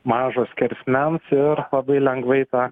mažo skersmens ir labai lengvai ta